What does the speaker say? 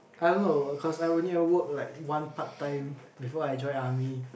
I know of course I only work like one part time before I join army